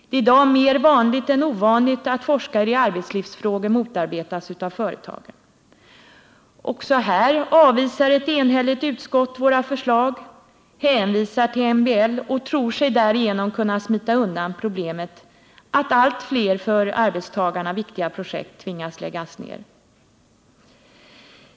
Det är i dag mer vanligt än ovanligt att forskare i arbetslivsfrågor motarbetas av företagen. Också här avvisar ett enhälligt utskott vårt krav. Man hänvisar till MBL och tror sig därigenom kunna smita undan problemet att allt fler för arbetstagarna viktiga projekt måste läggas ned.